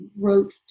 wrote